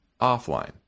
offline